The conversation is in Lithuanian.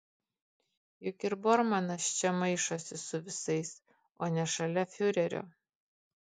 juk ir bormanas čia maišosi su visais o ne šalia fiurerio